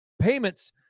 Payments